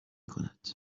کند